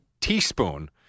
teaspoon